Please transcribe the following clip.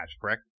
correct